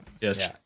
Yes